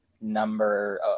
number